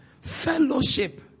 fellowship